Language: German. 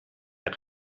der